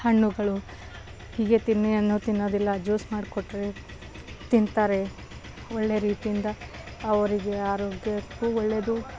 ಹಣ್ಣುಗಳು ಹೀಗೆ ತಿನ್ನಿ ಅನ್ನು ತಿನ್ನೋದಿಲ್ಲ ಜ್ಯೂಸ್ ಮಾಡಿಕೊಟ್ರೆ ತಿಂತಾರೆ ಒಳ್ಳೆಯ ರೀತಿಯಿಂದ ಅವರಿಗೆ ಆರೋಗ್ಯಕ್ಕೂ ಒಳ್ಳೆಯದು